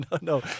no